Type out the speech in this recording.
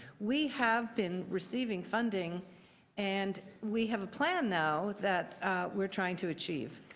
we have been receiving funding and we have a plan now that we're trying to achieve.